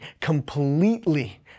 completely